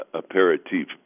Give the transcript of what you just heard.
aperitif